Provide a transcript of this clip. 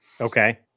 Okay